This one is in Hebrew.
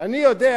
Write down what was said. אני יודע